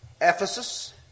Ephesus